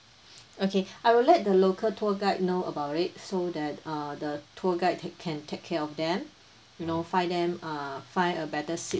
okay I will let the local tour guide know about it so that uh the tour guide he can take care of them you know find them uh find a better seat